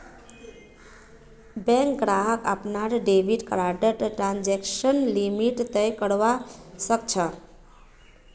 bank ग्राहक अपनार debit कार्डर ट्रांजेक्शन लिमिट तय करवा सख छ